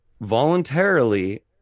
Voluntarily